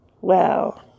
Wow